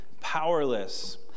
powerless